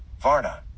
Varna